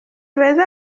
beza